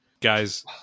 Guys